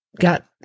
got